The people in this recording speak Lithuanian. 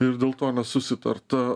ir dėl to susitarta